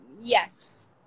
Yes